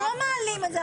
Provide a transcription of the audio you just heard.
אנחנו לא מעלים את זה.